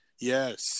Yes